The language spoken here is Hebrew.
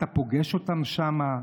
אתה פוגש אותם שם,